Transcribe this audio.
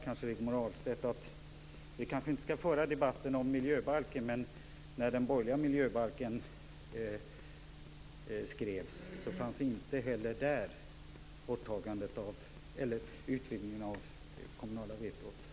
Vi skall kanske inte nu föra en debatt om miljöbalken, men jag vill påminna Rigmor Ahlstedt om att utvidgningen av det kommunala vetot inte heller fanns med i det borgerliga förslaget till miljöbalk.